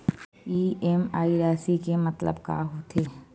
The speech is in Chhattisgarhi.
इ.एम.आई राशि के मतलब का होथे?